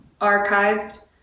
archived